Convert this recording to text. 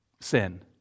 sin